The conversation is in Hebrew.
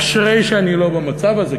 אשרי שאני לא במצב הזה,